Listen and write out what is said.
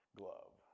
glove